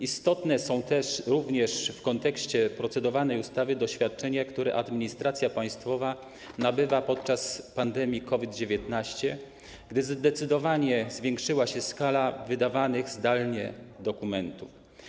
Istotne są też również w kontekście procedowanej ustawy doświadczenia, które administracja państwowa nabywa podczas pandemii COVID-19, gdy zdecydowanie zwiększyła się skala wydawanych zdalnie dokumentów.